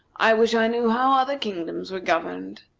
i wish i knew how other kingdoms were governed.